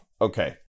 Okay